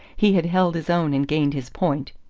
he had held his own and gained his point.